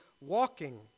walking